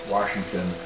Washington